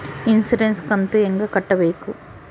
Insurance ಕಂತು ಹೆಂಗ ಕಟ್ಟಬೇಕು?